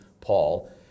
Paul